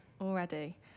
Already